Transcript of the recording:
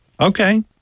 Okay